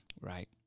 right